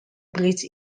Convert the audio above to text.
bridge